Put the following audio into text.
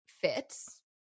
fits